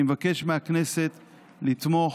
אני מבקש מהכנסת לתמוך